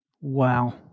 Wow